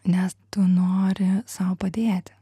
nes tu nori sau padėti